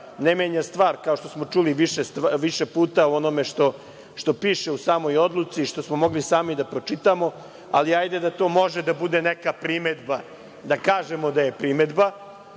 ne menja stvar, kao što smo čuli više puta u onome što piše u samoj odluci, što smo mogli sami da pročitamo, ali hajde da to može da bude neka primedba, da kažemo da je primedba,